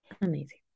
Amazing